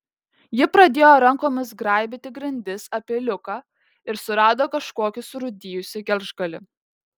ji pradėjo rankomis graibyti grindis apie liuką ir surado kažkokį surūdijusį gelžgalį